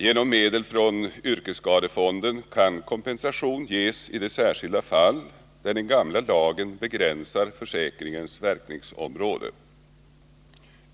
Genom medel från yrkesskadefonden kan kompensation ges i de särskilda fall där den gamla lagen begränsar försäkringens verkningsområde.